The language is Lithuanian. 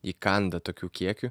įkanda tokių kiekių